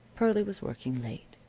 pearlie was working late.